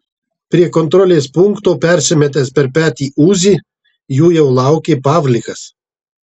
prie kontrolės punkto persimetęs per petį uzi jų jau laukė pavlikas